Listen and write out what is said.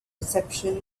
reception